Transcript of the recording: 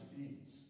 deeds